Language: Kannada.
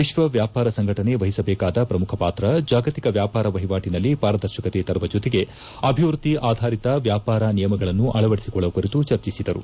ವಿಶ್ವ ವ್ಯಾಪಾರ ಸಂಘಟನೆ ವಹಿಸಬೇಕಾದ ಪ್ರಮುಖ ಪಾತ್ರ ಜಾಗತಿಕ ವ್ಯಾಪಾರ ವಹಿವಾಟಿನಲ್ಲಿ ಪಾರದರ್ಶಕತೆ ತರುವ ಜೊತೆಗೆ ಅಭಿವೃದ್ದಿ ಆಧಾರಿತ ವ್ಯಾಪಾರ ನಿಯಮಗಳನ್ನು ಅಳವಡಿಸಿಕೊಳ್ಳುವ ಕುರಿತು ಚರ್ಚೆಸಿದರು